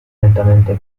lentamente